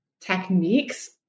techniques